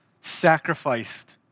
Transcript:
sacrificed